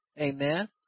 Amen